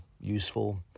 useful